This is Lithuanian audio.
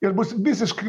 ir bus visiškai